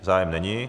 Zájem není.